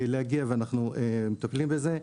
ואנחנו מטפלים בזה.